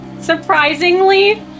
Surprisingly